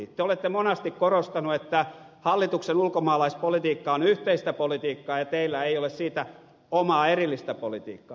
te olette monasti korostanut että hallituksen ulkomaalaispolitiikka on yhteistä politiikkaa ja teillä ei ole siitä omaa erillistä politiikkaa